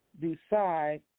decide